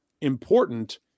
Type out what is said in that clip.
important